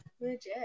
Legit